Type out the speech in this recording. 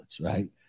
Right